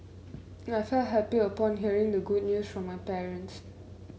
I felt happy upon hearing the good news from my parents